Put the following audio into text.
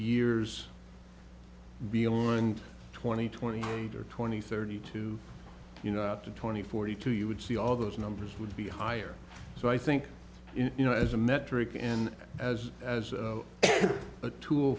years beyond twenty twenty or twenty thirty two you know to twenty forty two you would see all those numbers would be higher so i think you know as a metric and as as a tool